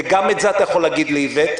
וגם את זה אתה יכול להגיד לאיווט,